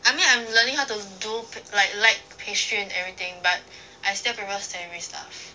I mean like I'm learning how to do like light pastry and everything but I still prefer savoury stuff